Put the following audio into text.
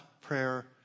prayer